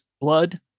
blood